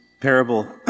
parable